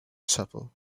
chapel